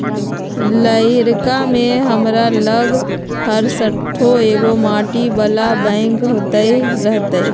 लइरका में हमरा लग हरशठ्ठो एगो माटी बला बैंक होइत रहइ